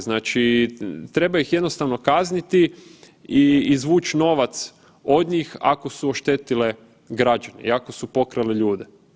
Znači treba ih jednostavno kazniti i izvući novac od njih, ako su oštetile građane i ako su pokrale ljude.